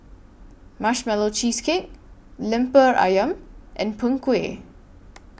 Marshmallow Cheesecake Lemper Ayam and Png Kueh